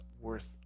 worth